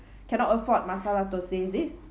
cannot afford masala thosai is it